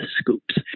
scoops